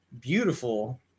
beautiful